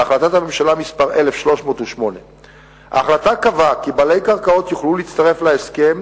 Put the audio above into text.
בהחלטת הממשלה מס' 1308. ההחלטה קבעה כי בעלי קרקעות יוכלו להצטרף להסכם